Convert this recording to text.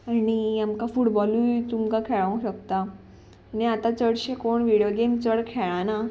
आनी आमकां फुटबॉलूय तुमकां खेळोंक शकता आनी आतां चडशे कोण विडियो गेम चड खेळना